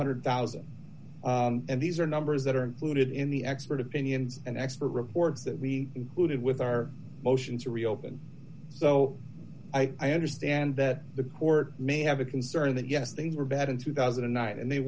hundred thousand these are numbers that are included in the expert opinions and expert reports that we included with our motion to reopen so i understand that the court may have a concern that yes things were bad in two thousand and nine and they